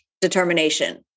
determination